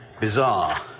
bizarre